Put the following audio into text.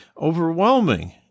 Overwhelming